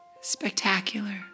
spectacular